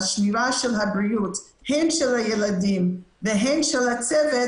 השמירה של הבריאות הן של הילדים והן של הצוות,